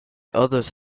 others